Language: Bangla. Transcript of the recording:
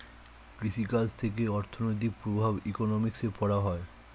কৃষি কাজ থেকে অর্থনৈতিক প্রভাব ইকোনমিক্সে পড়া হয়